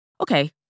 okay